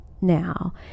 now